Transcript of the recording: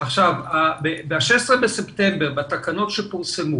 --- ב-16 לספטמבר, בתקנות שפורסמו